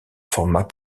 format